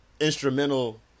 instrumental